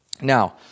Now